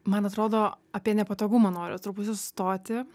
man atrodo apie nepatogumą noriu truputį sustoti